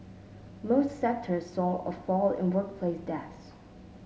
most sectors saw a fall in workplace deaths